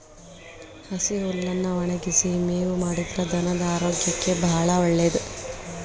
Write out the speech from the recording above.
ಹಸಿ ಹುಲ್ಲನ್ನಾ ಒಣಗಿಸಿ ಮೇವು ಮಾಡಿದ್ರ ಧನದ ಆರೋಗ್ಯಕ್ಕೆ ಬಾಳ ಒಳ್ಳೇದ